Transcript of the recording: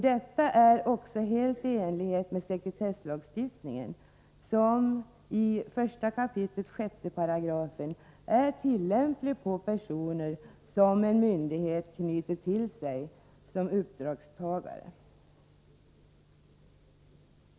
Detta är helt i enlighet med sekretesslagstiftningen, som dessutom i 1 kap. 6 § är tillämplig på personer som en myndighet knyter till sig som uppdragstagare.